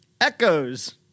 Echoes